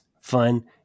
fun